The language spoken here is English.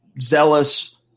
zealous